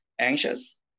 anxious